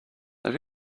have